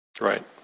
Right